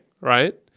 right